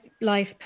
life